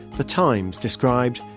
the times described,